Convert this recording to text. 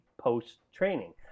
post-training